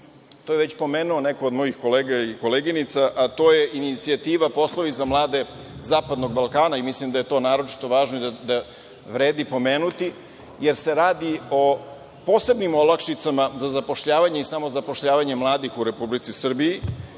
to je već pomenuo neko od mojih kolega ili koleginica, a to je inicijativa Poslovi za mlade zapadnog Balkana i mislim da je to naročito važno i da vredi pomenuti, jer se radi o posebnim olakšicama za zapošljavanje i samozapošljavanje mladih u Republici Srbiji,